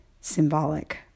symbolic